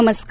नमस्कार